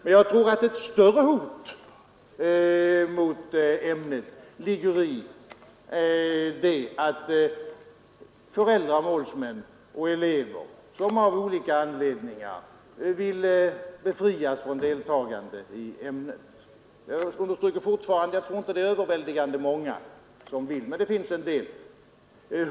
Men jag tror att det stora hotet mot ämnet ligger i att det finns föräldrar, målsmän och elever, som av olika anledningar vill ha befrielse från deltagande i ämnet. Jag understryker fortfarande att dessa inte är överväldigande många, men det finns en del.